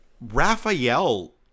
Raphael